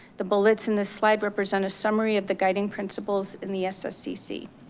the bullets in this slide represent a summary of the guiding principles in the sscc.